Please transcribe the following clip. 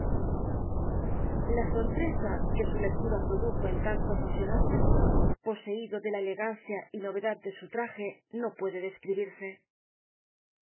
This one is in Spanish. la sorpresa que su lectura produjo en tanto faskionable poseído de la elegancia y novedad de su traje no puede describirse